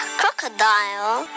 crocodile